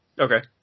Okay